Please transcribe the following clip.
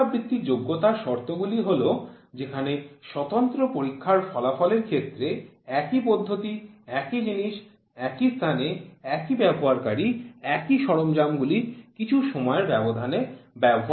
পুনরাবৃত্তি যোগ্যতার শর্তগুলি হল যেখানে স্বতন্ত্র পরীক্ষার ফলাফলের ক্ষেত্রে একই পদ্ধতি একই জিনিস একই স্থানে একই ব্যবহারকারী একই সরঞ্জামগুলি কিছু সময়ের ব্যবধানে ব্যবহার করে